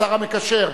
השר המקשר,